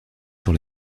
sur